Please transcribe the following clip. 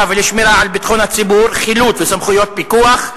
ולשמירה על ביטחון הציבור (חילוט וסמכויות פיקוח)